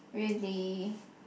really